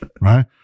right